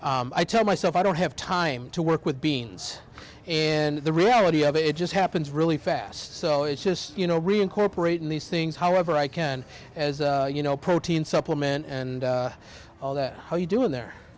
i tell myself i don't have time to work with beans and the reality of it just happens really fast so it's just you know reincorporate in these things however i can as you know protein supplement and all that how you do in there